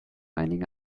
einigen